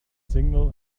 signal